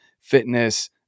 fitness